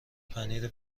پنیر